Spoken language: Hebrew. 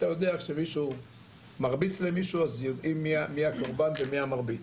אתה יודע כשמישהו מרביץ למישהו אז יודעים מי הקורבן ומי המרביץ.